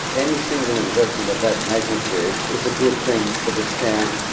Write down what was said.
any single investment of that magnitude is a good thing for this town.